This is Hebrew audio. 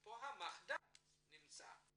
פה נמצא המחדל.